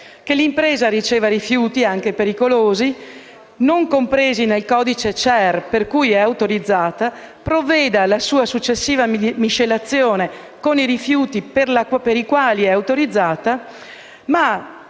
che l'impresa riceva rifiuti anche pericolosi, comunque non compresi nel codice CER per cui è autorizzata e provveda alla loro successiva miscelazione con i rifiuti per cui è autorizzata».